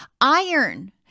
Iron